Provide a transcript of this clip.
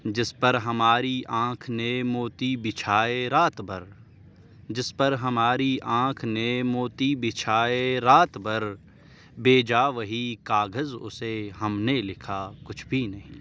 جس پر ہماری آنکھ نے موتی بچھائے رات بھر جس پر ہماری آنکھ نے موتی بچھائے رات بھر بھیجا وہی کاغذ اسے ہم نے لکھا کچھ بھی نہیں